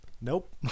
Nope